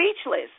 Speechless